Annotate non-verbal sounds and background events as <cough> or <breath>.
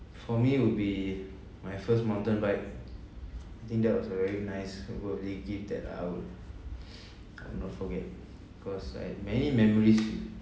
for me would be my first mountain bike I think that was a very nice birthday gift that I'll <breath> I'll not forget cause I'd many memories